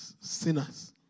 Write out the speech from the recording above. sinners